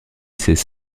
ses